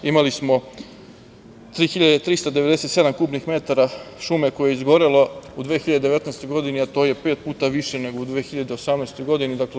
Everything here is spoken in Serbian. Imali smo 3.397 kubnih metara šume koje je izgorela u 2019. godini, a to je pet puta više, nego u 2018. godini.